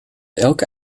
elke